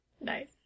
nice